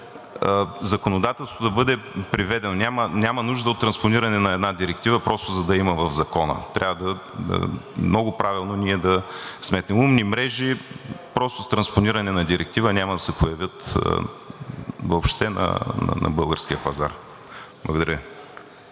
законодателството да бъде приведено. Няма нужда от транспониране на една директива просто за да я има в Закона. Трябва много правилно ние да сметнем – умни мрежи просто с транспониране на директива няма да се появят въобще на българския пазар. Благодаря.